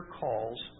calls